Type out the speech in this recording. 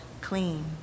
clean